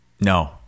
No